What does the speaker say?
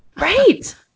Right